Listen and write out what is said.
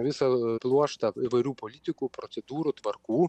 visą pluoštą įvairių politikų procedūrų tvarkų